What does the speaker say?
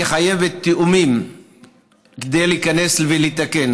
היא חייבת תיאומים כדי להיכנס ולתקן,